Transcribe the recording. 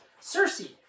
Cersei